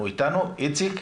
איציק,